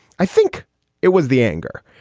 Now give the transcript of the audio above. i think it was the anger.